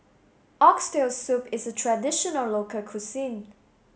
oxtail soup is a traditional local cuisine